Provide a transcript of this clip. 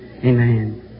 Amen